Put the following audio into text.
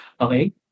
okay